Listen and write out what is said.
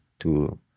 to-